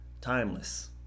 Timeless